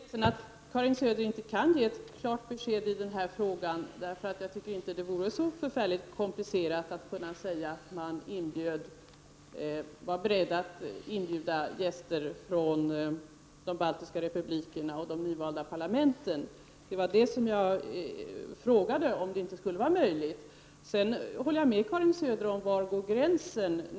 Herr talman! Jag beklagar att Karin Söder inte kan ge ett klart besked i denna fråga. Jag tycker att det inte borde vara så förfärligt komplicerat att säga att man är beredd att inbjuda gäster från de nyvalda parlamenten i de baltiska republikerna. Min fråga var just om detta skulle vara möjligt. Jag håller med Karin Söder om att man kan fråga var gränsen skall gå.